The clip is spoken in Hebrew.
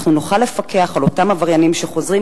אנחנו נוכל לפקח על אותם עבריינים שחוזרים,